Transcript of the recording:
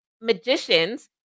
magicians